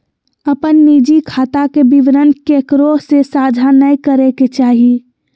अपन निजी खाता के विवरण केकरो से साझा नय करे के चाही